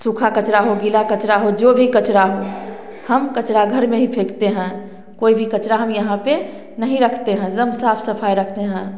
सूखा कचरा हो गीला कचरा हो जो भी कचरा हो हम कचरा घर में ही फेंकते हैं कोई भी कचर हम यहाँ पर नहीं रखते हैं एकदम साफ सफाई रखते हैं